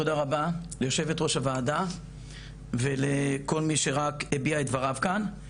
תודה רבה ליושבת ראש הוועדה ולכל מי שרק הביע את דבריו כאן.